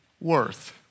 worth